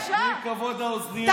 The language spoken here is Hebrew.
תני כבוד לאוזנייה.